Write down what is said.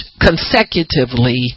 consecutively